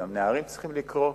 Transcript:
גם נערים צריכים לקרוא.